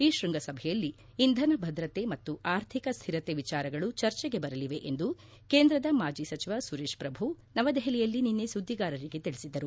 ಈ ಶೃಂಗಸಭೆಯಲ್ಲಿ ಇಂಧನ ಭದ್ರತೆ ಮತ್ತು ಆರ್ಥಿಕ ಸ್ವಿರತೆ ವಿಚಾರಗಳು ಚರ್ಚೆಗೆ ಬರಲಿವೆ ಎಂದು ಕೇಂದ್ರದ ಮಾಜಿ ಸಚಿವ ಸುರೇಶ್ ಶ್ರಭು ನವದೆಹಲಿಯಲ್ಲಿ ನಿನ್ನೆ ಸುದ್ದಿಗಾರರಿಗೆ ತಿಳಿಸಿದರು